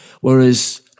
Whereas